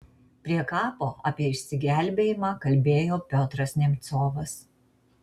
prie kapo apie išsigelbėjimą kalbėjo piotras nemcovas